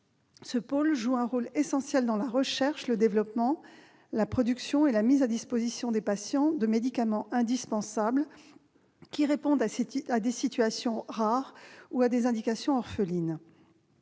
Ce dernier joue un rôle essentiel dans la recherche, le développement, la production et la mise à disposition des patients des médicaments indispensables, qui répondent à des situations rares ou à des indications orphelines.